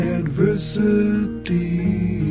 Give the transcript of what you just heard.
adversity